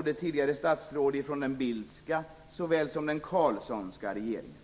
med tidigare statsråd från såväl den Bildtska som den Carlssonska regeringen.